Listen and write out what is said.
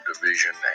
division